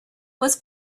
was